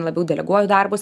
labiau deleguoju darbus